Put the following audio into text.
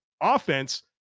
offense